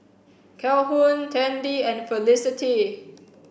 Calhoun Tandy and Felicity